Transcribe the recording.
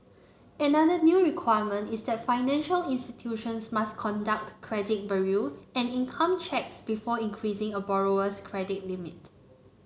another new requirement is that financial institutions must conduct credit bureau and income checks before increasing a borrower's credit limit